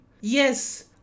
Yes